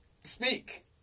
Speak